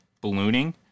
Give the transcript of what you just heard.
ballooning